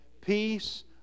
peace